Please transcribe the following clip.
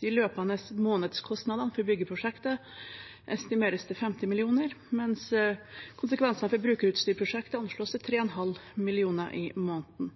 De løpende månedskostnadene for byggeprosjektet estimeres til 50 mill. kr, mens konsekvensene for brukerutstyrprosjektet anslås til 3,5 mill. kr i måneden.